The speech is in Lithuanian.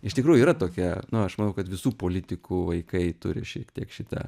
iš tikrųjų yra tokia nu aš manau kad visų politikų vaikai turi šiek tiek šitą